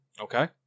Okay